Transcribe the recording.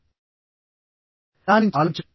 దాని గురించి ఆలోచించండి